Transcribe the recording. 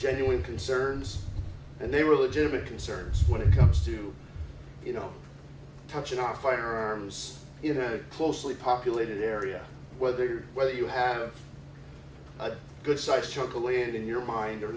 genuine concerns and they were legitimate concerns when it comes to you know touching our firearms you know closely populated area whether well you have a good sized took away it in your mind or